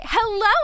Hello